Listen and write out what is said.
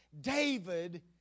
David